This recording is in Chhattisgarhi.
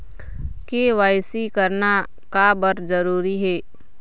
के.वाई.सी करना का बर जरूरी हे?